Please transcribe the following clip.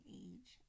age